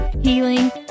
healing